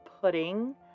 pudding